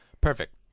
Perfect